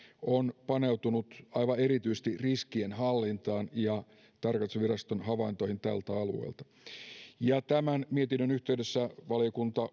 on paneutunut aivan erityisesti riskienhallintaan ja tarkastusviraston havaintoihin tältä alueelta tämän mietinnön yhteydessä valiokunta